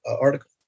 article